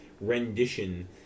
rendition